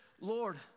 Lord